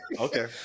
Okay